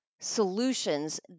solutions